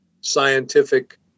scientific